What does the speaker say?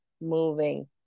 moving